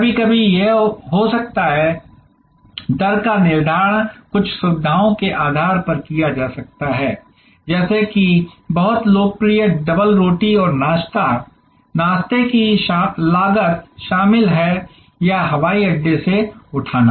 कभी कभी यह हो सकता है दर का निर्धारण कुछ सुविधाओं के आधार पर किया जा सकता है जैसे कि बहुत लोकप्रिय डबलरोटी और नाश्ता नाश्ते की लागत शामिल है या हवाई अड्डे से उठाना